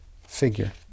figure